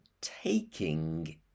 taking